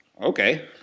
Okay